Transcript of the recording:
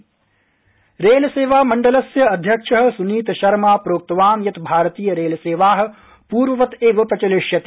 rail सेवा रेलसेवा मण्डस्य अध्यक्ष सुनीत शर्मा प्रोक्तवान् यत् भारतीय रेलसेवा पूर्ववत् एव प्रचलिष्यति